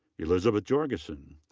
elizabeth jorgensen.